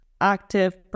active